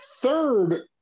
third